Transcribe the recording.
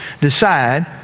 decide